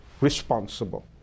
responsible